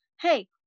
Hey